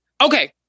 Okay